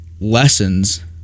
lessons